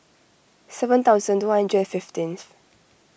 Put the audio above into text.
seven thousand two hundred and fifteenth